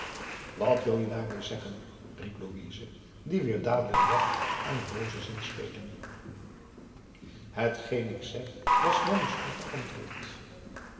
wat wil je daarmeê zeggen riep louise die weer dadelijk dacht aan een booze zinspeling hetgeen ik zeg was nanni's korte antwoord